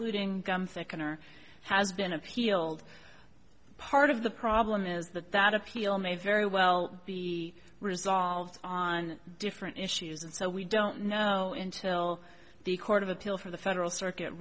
excluding gum thickener has been appealed part of the problem is that that appeal may very well be resolved on different issues and so we don't know intil the court of appeals for the federal circuit